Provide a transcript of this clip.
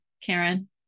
Karen